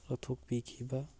ꯂꯧꯊꯣꯛꯄꯤꯈꯤꯕ